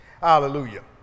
Hallelujah